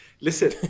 Listen